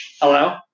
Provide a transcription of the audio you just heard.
Hello